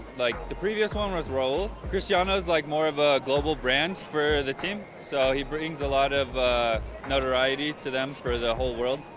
like the previous one was raul but cristiano is like more of a global brand for the team so he brings a lot of notoriety to them for the whole world.